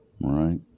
Right